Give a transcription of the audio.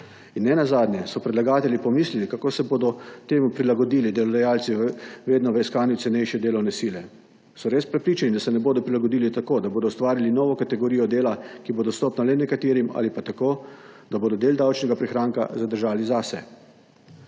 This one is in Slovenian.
In nenazadnje, ali so predlagatelji pomislili, kako se bodo temu prilagodili delodajalci vedno v iskanju cenejše delovne sile? So res prepričani, da se ne bodo prilagodili tako, da bodo ustvarili novo kategorijo dela, ki bo dostopna le nekaterim ali pa tako, da bodo del davčnega prihranka zadržali zase?